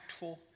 impactful